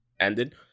ended